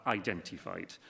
identified